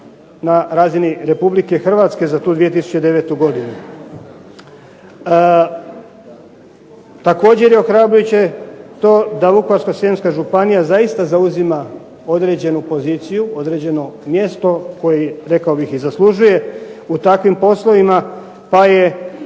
na razini RH za tu 2009. godinu. Također je ohrabrujuće to da Vukovarsko-srijemska županija zaista zauzima određenu poziciju, određeno mjesto koje rekao bih i zaslužuje u takvim poslovima pa je